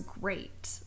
great